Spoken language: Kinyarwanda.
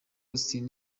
austin